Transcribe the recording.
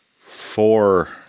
four